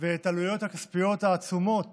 ואת העלויות הכספיות העצומות